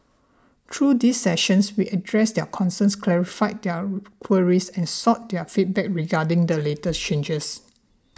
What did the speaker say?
through these sessions we addressed their concerns clarified their queries and sought their feedback regarding the latest changes